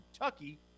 Kentucky